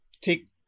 take